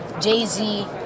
Jay-Z